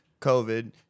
COVID